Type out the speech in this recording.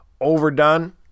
overdone